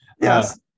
Yes